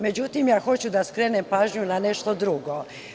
Međutim, hoću da skrenem pažnju na nešto drugo.